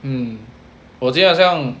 mm 我今天好像